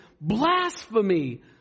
blasphemy